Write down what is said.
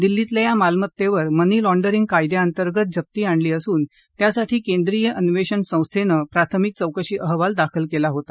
दिल्लीतल्या या मालमत्तेवर मनी लाँडरिंग कायद्याअंतर्गत जप्ती आणली असून त्यासाठी केंद्रीय अन्वेषण संस्थेनं प्राथमिक चौकशी अहवाल दाखल केला होता